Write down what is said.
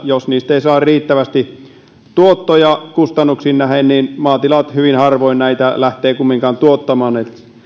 jos niistä ei saa riittävästi tuottoja kustannuksiin nähden niin maatilat hyvin harvoin näitä lähtevät kumminkaan tuottamaan